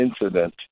incident